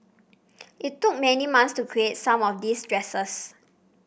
it took many months to create some of these dresses